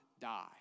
die